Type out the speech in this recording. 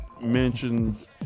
mentioned